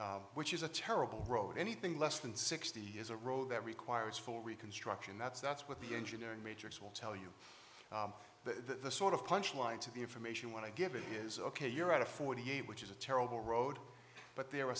nine which is a terrible road anything less than sixty is a road that requires full reconstruction that's that's what the engineering majors will tell you the sort of punch line to the information want to give it is ok you're at a forty eight which is a terrible road but there are